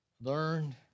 Learned